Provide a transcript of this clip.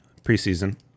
preseason